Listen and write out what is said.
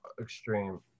extreme